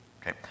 okay